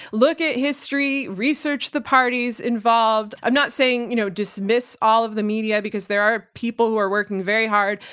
look at history, research the parties involved. i'm not saying, you know, dismiss all of the media, because there are people who are working very hard.